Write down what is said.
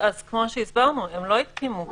אז כמו שהסברנו, הם לא יתקיימו במקביל.